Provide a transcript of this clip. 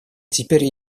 теперь